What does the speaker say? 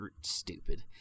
stupid